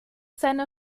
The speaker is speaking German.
seiner